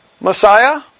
Messiah